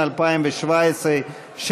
התשע"ז 2017,